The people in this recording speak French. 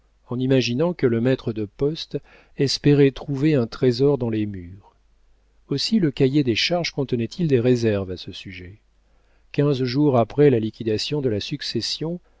en imaginant que le maître de poste espérait trouver un trésor dans les murs aussi le cahier des charges contenait il des réserves à ce sujet quinze jours après la liquidation de la succession